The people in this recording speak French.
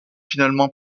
finalement